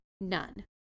none